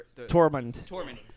Tormund